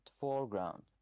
foreground